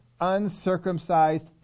uncircumcised